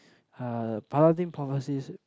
uh paladin prophecies